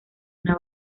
una